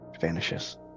vanishes